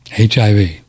HIV